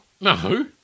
no